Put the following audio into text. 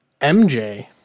MJ